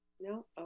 No